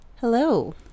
Hello